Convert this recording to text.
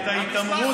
מישהו מכריח אותו?